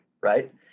right